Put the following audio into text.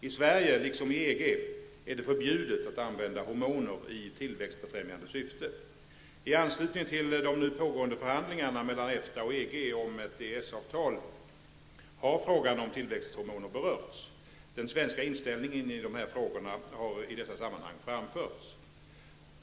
I Sverige, liksom i EG, är det förbjudet att använda hormoner i tillväxtbefrämjande syfte. I anslutning till de nu pågående förhandlingarna mellan EFTA och EG om ett EES-avtal har frågan om tillväxthormoner berörts. Den svenska inställningen i dessa frågor har i dessa sammanhang framförts.